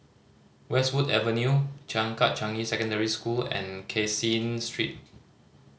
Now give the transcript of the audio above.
Westwood Avenue Changkat Changi Secondary School and Caseen Street